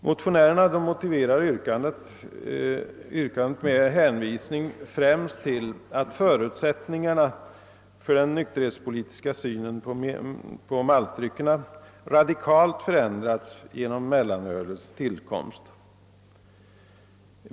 Motionärerna motiverar yrkandet med en hänvisning främst till att förutsättningarna för den nykterhetspolitiska synen på maltdryckerna radikalt förändrats genom mellanölets tillkomst.